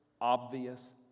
obvious